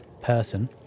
person